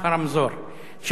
של אזור התעשייה.